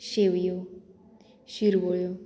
शेवयो शिरवोळ्यो